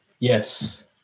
Yes